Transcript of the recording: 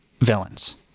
villains